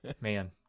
Man